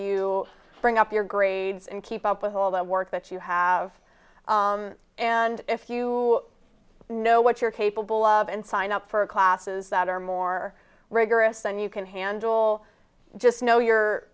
you bring up your grades and keep up with all the work that you have and if you know what you're capable of and sign up for classes that are more rigorous than you can handle just know your